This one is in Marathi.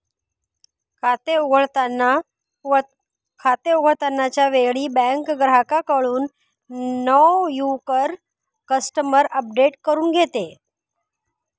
खाते उघडताना च्या वेळी बँक ग्राहकाकडून नो युवर कस्टमर अपडेट करून घेते